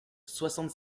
soixante